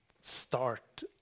start